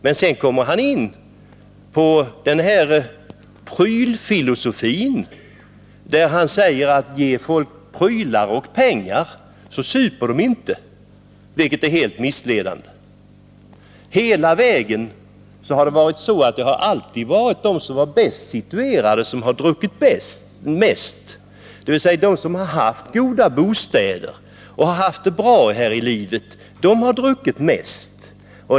Men sedan kommer han in på den här prylfilosofin och säger: ge folk prylar och pengar, så super de inte — vilket är helt missledande. Det har alltid varit så att de bäst situerade, dvs. de som har haft goda bostäder och haft det bra här i livet, har druckit mest.